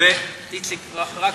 תודה.